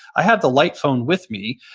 i have the light phone with me,